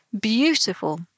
beautiful